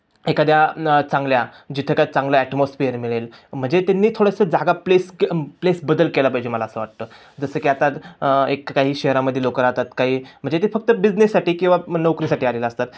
एखाद्या न चांगल्या जिथे का चांगलं ॲटमॉस्फियर मिळेल म्हणजे त्यांनी थोडंसं जागा प्लेस के प्लेस बदल केला पाहिजे मला असं वाटतं जसं की आता एक काही शहरामध्ये लोक राहतात काही म्हणजे ते फक्त बिझनेससाठी किंवा नोकरीसाठी आलेले असतात